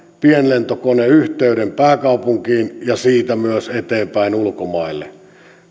pienlentokoneyhteyden pääkaupunkiin ja siitä myös eteenpäin ulkomaille